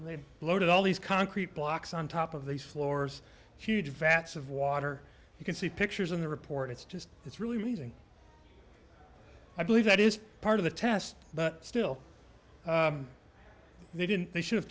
and they had loaded all these concrete blocks on top of these floors huge vats of water you can see pictures in the report it's just it's really amazing i believe that is part of the test but still they didn't they should have